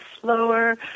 slower